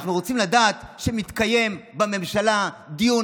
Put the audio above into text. אנחנו רוצים לדעת שמתקיים בממשלה דיון